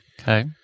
Okay